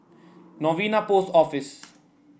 Novena Post Office